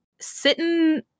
sitting